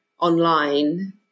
online